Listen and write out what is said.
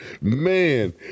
Man